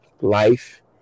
life